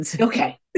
okay